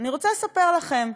אני רוצה לספר לכם.